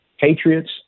patriots